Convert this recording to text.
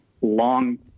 long